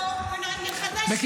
זה לא אני, זה